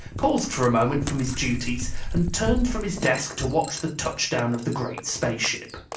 paused for a moment from his duties and turned from his desk to watch the touchdown of the great spaceship.